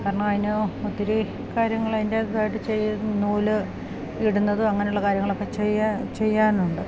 കാരണം അതിന് ഒത്തിരി കാര്യങ്ങൾ അതിന്റെതായിട്ട് ചെയ്ത് നൂല് ഇടുന്നത് അങ്ങനുള്ള കാര്യങ്ങൾ ഒക്കെ ചെയ്യാൻ ചെയ്യാനുണ്ട്